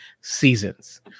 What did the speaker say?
seasons